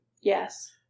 Yes